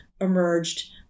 emerged